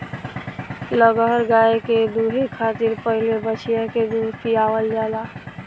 लगहर गाय के दूहे खातिर पहिले बछिया के दूध पियावल जाला